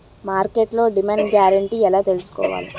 మార్కెట్లో demand guarantee ఎలా తెల్సుకోవాలి?